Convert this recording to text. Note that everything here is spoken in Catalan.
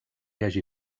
hagi